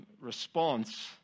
response